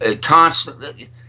constantly